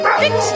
fix